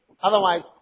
Otherwise